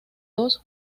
dos